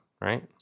right